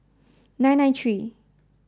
nine nine three